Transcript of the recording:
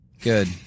Good